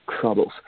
troubles